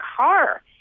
car